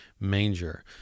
manger